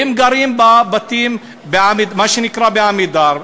והם גרים בבתים מה שנקרא ב"עמידר",